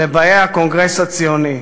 לבאי הקונגרס הציוני,